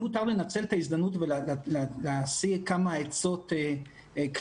אם מותר לי לנצל את ההזדמנות ולהשיא כמה עצות כלליות,